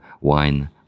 wine